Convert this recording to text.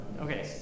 Okay